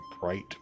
bright